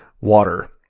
water